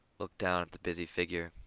looked down at the busy figure.